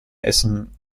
essen